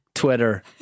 Twitter